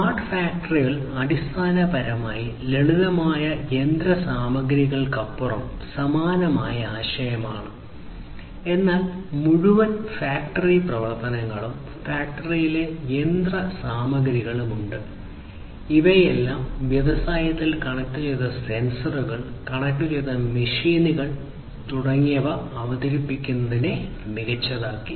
smart ഫാക്ടറികൾ അടിസ്ഥാനപരമായി ലളിതമായ യന്ത്രസാമഗ്രികൾക്കപ്പുറം സമാനമായ ആശയമാണ് എന്നാൽ മുഴുവൻ ഫാക്ടറി പ്രവർത്തനങ്ങളും ഫാക്ടറിയിലെ യന്ത്രസാമഗ്രികളും ഉണ്ട് ഇവയെല്ലാം വ്യവസായങ്ങളിൽ കണക്റ്റുചെയ്ത സെൻസറുകൾ കണക്റ്റുചെയ്ത മെഷീനുകൾ തുടങ്ങിയവ അവതരിപ്പിക്കുന്നതിലൂടെ മികച്ചതാക്കി